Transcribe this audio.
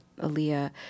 Aaliyah